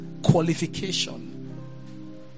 qualification